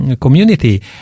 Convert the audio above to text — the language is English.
community